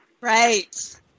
Right